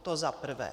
To za prvé.